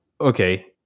okay